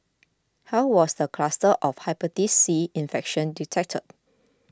how was the cluster of Hepatitis C infection detected